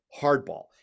Hardball